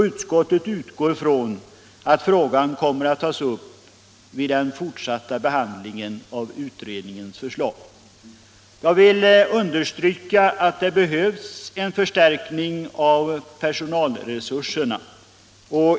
Utskottet utgår från att frågan kommer att tas upp vid den fortsatta behandlingen av utredningens förslag. Jag vill understryka att det behövs en förstärkning av personalresurserna.